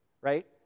right